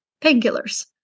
painkillers